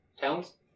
Towns